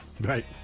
Right